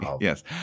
Yes